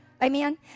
Amen